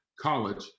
college